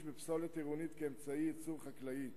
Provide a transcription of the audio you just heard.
בפסולת עירונית כאמצעי ייצור חקלאי.